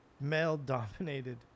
male-dominated